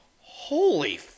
holy